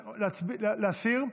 להסיר?